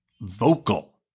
vocal